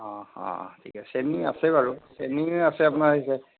অ অ ঠিক আছে চেনী আছে বাৰু চেনী আছে আপোনাৰ